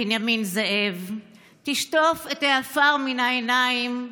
בנימין זאב / תשטוף את העפר מן העיניים,